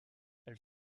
elle